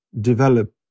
develop